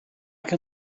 can